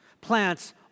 Plants